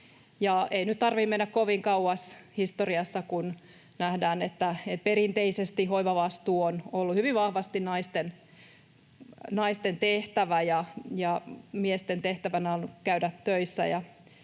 ei nyt tarvitse mennä kovin kauas historiassa, kun nähdään, että perinteisesti hoivavastuu on ollut hyvin vahvasti naisten tehtävä ja miesten tehtävänä on ollut käydä töissä